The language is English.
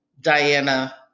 Diana